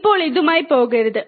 ഇപ്പോൾ ഇതുമായി പോകരുത്